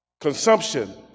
consumption